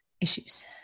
issues